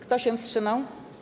Kto się wstrzymał?